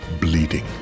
bleeding